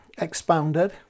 expounded